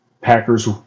Packers